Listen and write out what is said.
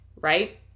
right